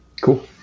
Cool